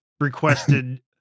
requested